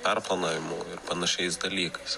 perplanavimu ir panašiais dalykais